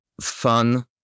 fun